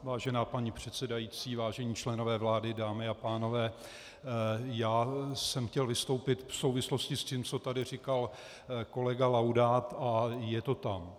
Vážená paní předsedající, vážení členové vlády, dámy a pánové, já jsem chtěl vystoupit v souvislosti s tím, co tady říkal kolega Laudát, a je to tam.